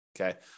Okay